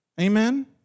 Amen